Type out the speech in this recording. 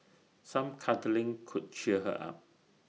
some cuddling could cheer her up